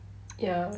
ya